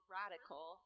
radical